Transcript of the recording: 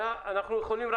אם לישראלי יש יכולת